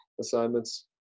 Assignments